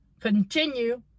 continue